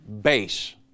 base